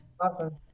Awesome